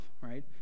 right